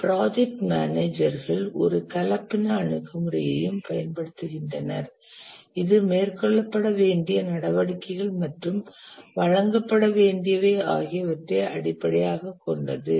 project manager கள் ஒரு கலப்பின அணுகுமுறையையும் பயன்படுத்துகின்றனர் இது மேற்கொள்ளப்பட வேண்டிய நடவடிக்கைகள் மற்றும் வழங்கப்பட வேண்டியவை ஆகியவற்றை அடிப்படையாகக் கொண்டது